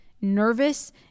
nervous